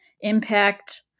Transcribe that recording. impact